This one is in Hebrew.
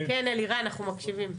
כן, אלירן, אנחנו מבקשים.